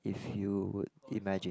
if you would imagine